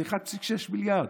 זה 1.6 מיליארד.